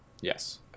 Yes